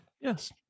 Yes